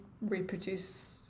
reproduce